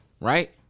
right